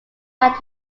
back